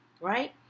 right